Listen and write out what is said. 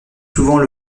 souvent